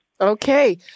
Okay